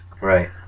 right